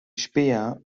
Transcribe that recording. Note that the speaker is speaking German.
späher